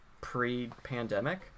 pre-pandemic